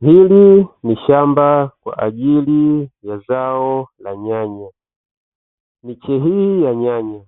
Hili ni shamba kwa ajili ya zao la nyanya; miche hii ya nyanya